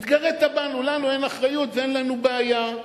התגרית בנו, לנו אין אחריות ואין לנו בעיה.